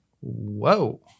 whoa